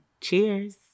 Cheers